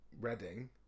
Reading